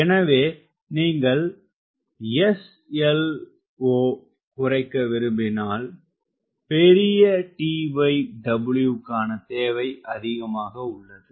எனவே நீங்கள் SLO குறைக்க விரும்பினால் பெரிய TW க்கான தேவை அதிகமாக உள்ளது